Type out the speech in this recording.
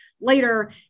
later